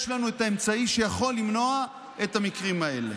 יש לנו את האמצעי שיכול למנוע את המקרים האלה.